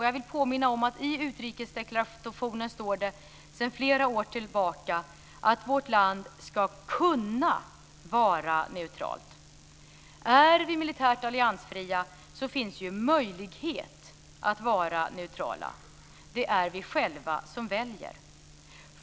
Jag vill påminna om att det i utrikesdeklarationen sedan flera år tillbaka står att vårt land ska kunna vara neutralt. Är vi militärt alliansfria finns det ju en möjlighet att vara neutrala. Det är vi själva som väljer.